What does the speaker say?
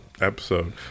episode